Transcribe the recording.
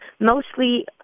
mostly